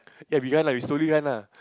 eh we run lah we slowly run lah